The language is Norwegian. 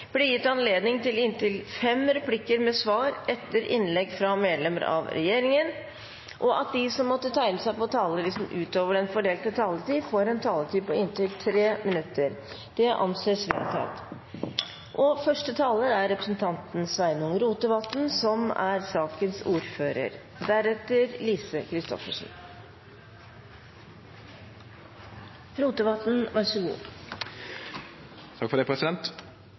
blir gitt anledning til inntil fem replikker med svar etter innlegg fra medlemmer av regjeringen, og at de som måtte tegne seg på talerlisten utover den fordelte taletid, får en taletid på inntil 3 minutter. – Det anses vedtatt. Saka Stortinget no skal behandle, gjeld ei rekkje større og mindre lov- og forskriftsendringar – mange kjenner Stortinget godt til og kjem som følgje av tidlegare vedtak, nokre av dei er